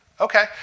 Okay